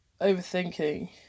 overthinking